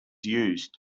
used